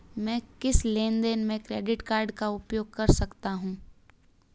मैं किस लेनदेन में क्रेडिट कार्ड का उपयोग कर सकता हूं?